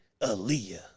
Aaliyah